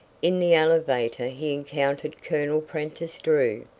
in the elevator he encountered colonel prentiss drew.